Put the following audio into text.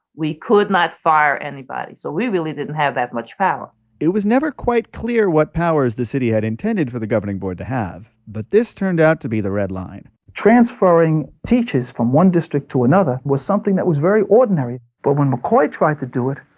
we could not fire anybody. so we really didn't have that much power it was never quite clear what powers the city had intended for the governing board to have, but this turned out to be the red line transferring teachers from one district to another was something that was very ordinary. but when mccoy tried to do it,